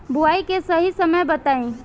बुआई के सही समय बताई?